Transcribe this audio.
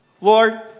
Lord